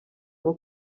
nko